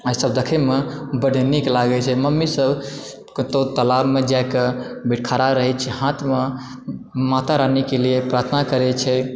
आ ई सभ दखै मे बड़ नीक लागै छै मम्मी सभ कतौ तलाबमे जाय कऽ खड़ा रहै छै हाथमे माता रानी के लिये प्रार्थना करै छै